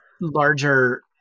larger